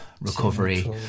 recovery